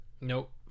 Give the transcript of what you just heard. Nope